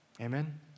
Amen